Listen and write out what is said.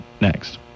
next